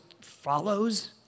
follows